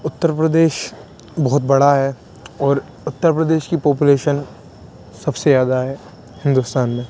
اتر پردیش بہت بڑا ہے اور اتر پردیش کی پاپولیشن سب سے زیادہ ہے ہندوستان میں